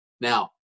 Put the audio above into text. Now